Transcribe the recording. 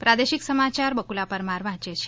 પ્રાદેશિક સમાચાર બકુલા પરમાર વાંચે છે